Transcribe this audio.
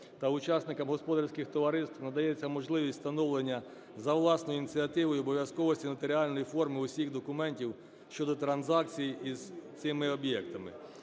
та учасникам господарських товариств надається можливість встановлення за власною ініціативою обов'язковості нотаріальної форми усіх документів щодо транзакцій із цими об'єктами.